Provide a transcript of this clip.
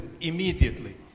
immediately